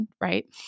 Right